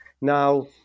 Now